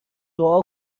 دعا